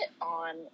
on